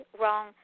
wrong